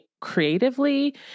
creatively